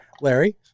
Larry